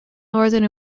northern